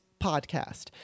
podcast